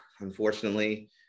unfortunately